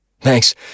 Thanks